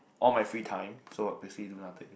all my free time so I basicly do nothing